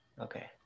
okay